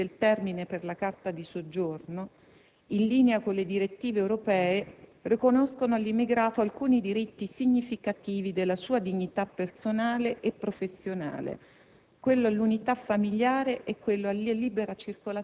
che, parlando dei ricongiungimenti familiari e dell'abbreviazione del termine per la carta di soggiorno, in linea con le direttive europee, riconoscono all'immigrato alcuni diritti significativi della sua dignità personale e professionale: